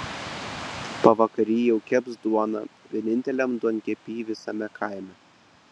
pavakary jau keps duoną vieninteliam duonkepy visame kaime